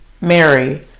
Mary